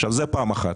עכשיו, זה פעם אחת.